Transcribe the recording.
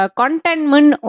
contentment